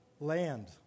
land